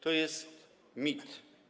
To jest mit.